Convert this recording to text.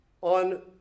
on